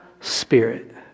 Spirit